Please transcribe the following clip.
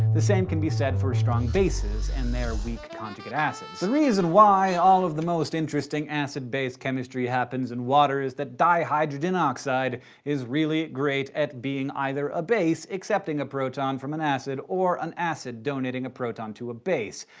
the same can be said for strong bases and their weak conjugate acids. the reason why all of the most interesting acid-base chemistry happens in water is that dihydrogen oxide is really great at being either a base, accepting a proton from an acid, or an acid, donating a proton to a base.